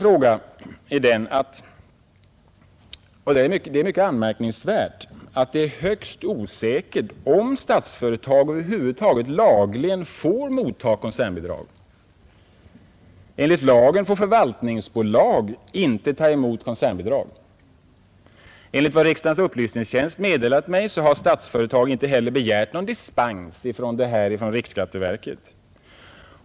Men ännu mera anmärkningsvärt är att det är högst osäkert om Statsföretag över huvud taget lagligen får mottaga koncernbidrag. Enligt lagen får förvaltningsbolag inte ta emot koncernbidrag. Enligt vad riksdagens upplysningstjänst meddelat mig har Statsföretag inte heller begärt någon dispens härför hos riksskatteverket.